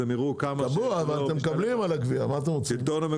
אתם מקבלים על הגבייה, העיריות.